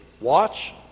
watch